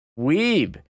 Weeb